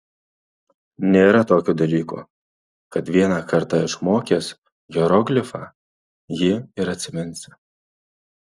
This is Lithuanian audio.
nėra tokio dalyko kad vieną kartą išmokęs hieroglifą jį ir atsiminsi